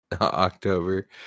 October